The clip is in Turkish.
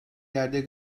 yerde